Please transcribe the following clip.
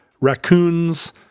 raccoons